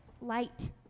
light